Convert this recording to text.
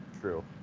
True